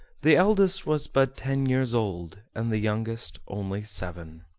the eldest was but ten years old, and the youngest only seven.